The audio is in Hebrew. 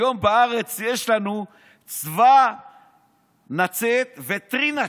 היום בארץ יש לנו צבאנאצט וטרינאצט.